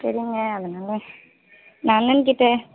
சரிங்க அதனால் நான் அண்ணன்கிட்ட